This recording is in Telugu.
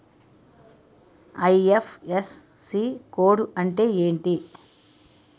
ఐ.ఫ్.ఎస్.సి కోడ్ అంటే ఏంటి?